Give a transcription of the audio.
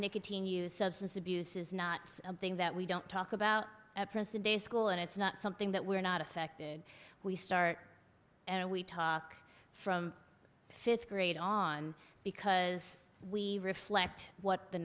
nicotine use substance abuse is not something that we don't talk about at present day school and it's not something that we're not affected we start and we talk from fifth grade on because we reflect what the